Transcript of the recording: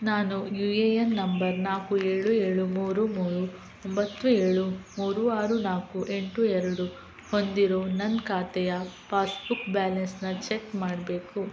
ನಾನು U A N number ನಾಲ್ಕು ಏಳು ಏಳು ಮೂರು ಮೂರು ಒಂಬತ್ತು ಏಳು ಮೂರೂ ಆರು ನಾಲ್ಕು ಎಂಟು ಎರಡು ಹೊಂದಿರೋ ನನ್ನ ಖಾತೆಯ ಪಾಸ್ಬುಕ್ ಬ್ಯಾಲೆನ್ಸನ್ನ ಚೆಕ್ ಮಾಡಬೇಕು